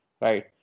right